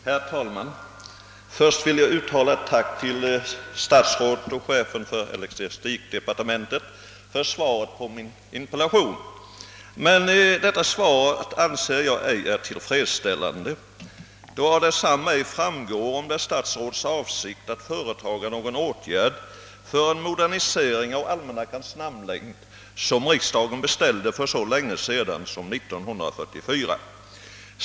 Herr talman! Först vill jag uttala mitt tack till statsrådet och chefen för ecklesiastikdepartementet för svaret på min interpellation. Jag anser emellertid inte svaret tillfredsställande, eftersom det inte framgår om det är statsrådets avsikt att företa någon åtgärd för en modernisering av almanackans namnlängd, som riksdagen beställde för så länge sedan som år 1944.